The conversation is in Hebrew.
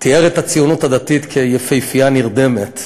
תיאר את הציונות הדתית כיפהפייה נרדמת.